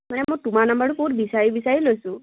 মানে মই তোমাৰ নাম্বাৰটো বহুত বিচাৰি বিচাৰি লৈছোঁ